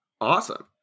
Awesome